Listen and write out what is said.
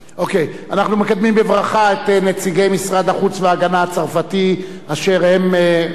אנחנו מקדמים בברכה את נציגי משרד החוץ וההגנה הצרפתי אשר מתארחים